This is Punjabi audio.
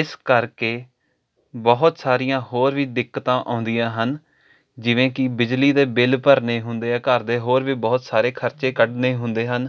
ਇਸ ਕਰਕੇ ਬਹੁਤ ਸਾਰੀਆਂ ਹੋਰ ਵੀ ਦਿੱਕਤਾਂ ਆਉਂਦੀਆਂ ਹਨ ਜਿਵੇਂ ਕਿ ਬਿਜਲੀ ਦੇ ਬਿੱਲ ਭਰਨੇ ਹੁੰਦੇ ਆ ਘਰ ਦੇ ਹੋਰ ਵੀ ਬਹੁਤ ਸਾਰੇ ਖਰਚੇ ਕੱਢਣੇ ਹੁੰਦੇ ਹਨ